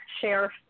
share